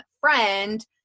friend